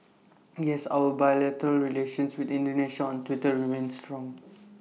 yes our bilateral relations with Indonesia on Twitter remains strong